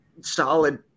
solid